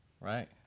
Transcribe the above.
Right